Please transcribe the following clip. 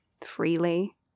freely